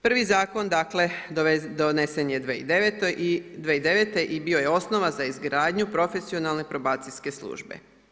Prvi zakon donesen je 2009. i bio je osnova za izgradnju profesionalne probacijske službe.